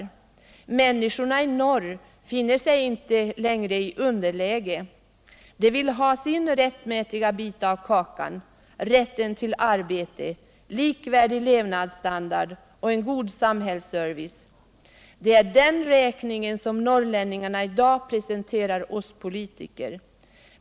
Människorna i norr finner sig inte i underläge längre. De vill ha sin rättmätiga bit av kakan, rätten till arbete, likvärdig levnadsstandard och en god samhällsservice. Det är den räkningen som norrlänningarna i dag presenterar oss politiker.